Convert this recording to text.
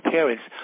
parents